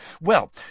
Well